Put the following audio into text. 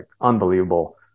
unbelievable